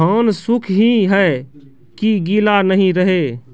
धान सुख ही है की गीला नहीं रहे?